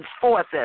forces